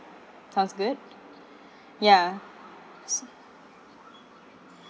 sounds good ya